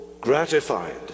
gratified